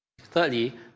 Thirdly